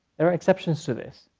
there are exceptions to this,